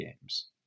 games